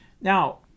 Now